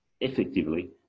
effectively